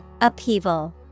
Upheaval